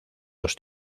los